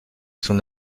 son